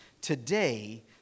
Today